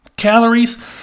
calories